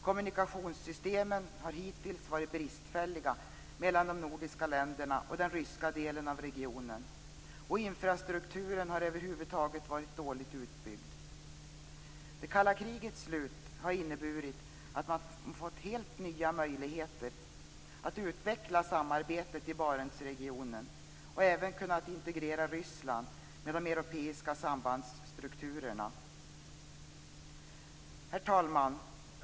Kommunikationssystemen har hittills varit bristfälliga mellan de nordiska länderna och den ryska delen av regionen, och infrastrukturen har över huvud taget varit dåligt utbyggd. Det kalla krigets slut har inneburit att man fått helt nya möjligheter att utveckla samarbetet i Barentsregionen. Man har även kunnat integrera Ryssland med de europeiska sambandsstrukturerna. Herr talman!